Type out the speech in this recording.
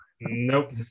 Nope